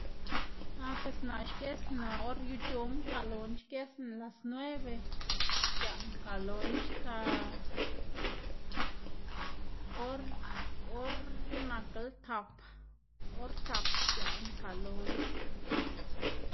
Ah pues naꞌ xgëꞌsná or yuc̲h̲o makaꞌl loná xgësná las nueve, xc̲h̲aꞌ mkaꞌl loná xta or or nakla tap, or tap xc̲h̲aꞌ mkaꞌl loná.